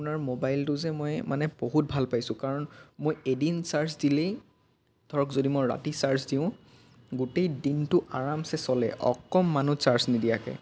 আপোনাৰ মোবাইলটো যে মই মানে বহুত ভাল পাইছোঁ কাৰণ মই এদিন চাৰ্জ দিলেই ধৰক যদি মই ৰাতি চাৰ্জ দিওঁ গোটেই দিনটো আৰামচে চলে অকণমানো চাৰ্জ নিদিয়াকৈ